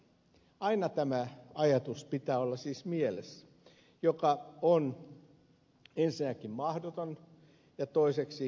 siis aina tämä ajatus pitää olla mielessä joka on ensinnäkin mahdoton ja toiseksi tarpeeton